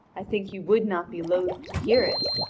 i think you would not be loath to hear it,